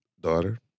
daughter